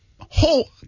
whole